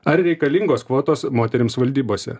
ar reikalingos kvotos moterims valdybose